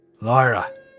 Lyra